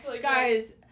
Guys